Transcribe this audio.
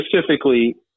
specifically